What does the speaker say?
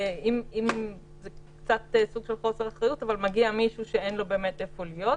גם מגיע מישהו שאין לו איפה להיות.